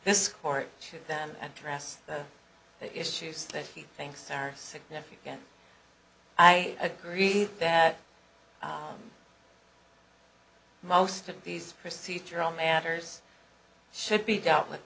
this court to them address the issues that he thinks are significant i agree that most of these procedural matters should be dealt with